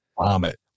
Vomit